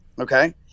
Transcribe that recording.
okay